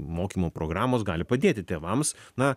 mokymo programos gali padėti tėvams na